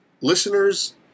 listeners